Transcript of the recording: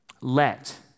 Let